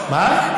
מה?